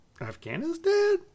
Afghanistan